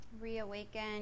reawaken